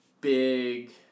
big